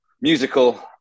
musical